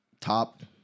Top